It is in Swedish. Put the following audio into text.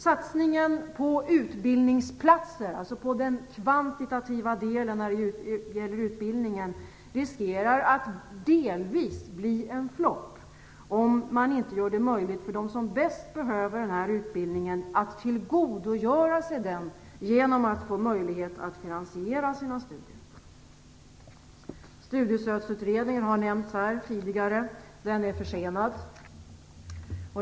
Satsningen på utbildningsplatser, dvs. på den kvantitativa delen när det gäller utbildningen, riskerar att delvis bli en flopp, om man inte gör det möjligt för dem som bäst behöver den här utbildningen att tillgodogöra sig den, genom att de får möjlighet att finansiera sina studier. Studiestödsutredningen har nämnts här tidigare, och den är försenad.